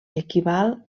equival